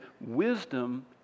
wisdom